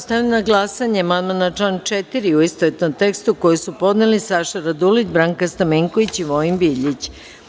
Stavljam na glasanje amandman na član 4, u istovetnom tekstu, koji su podneli narodni poslanici Saša Radulović, Branka Stamenković i Vojin Biljić.